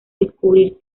descubrir